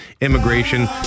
Immigration